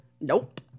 Nope